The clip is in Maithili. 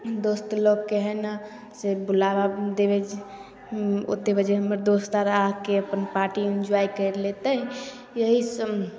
दोस्त लोकके हइ ने से बुलावा देबै ओतेक बजे हमर दोस्त आर आके अपन पार्टी एन्जॉइ करि लेतै इएहसब